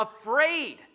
afraid